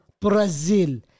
Brazil